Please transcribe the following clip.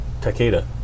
Takeda